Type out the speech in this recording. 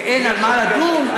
ואין במה לדון,